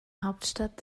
hauptstadt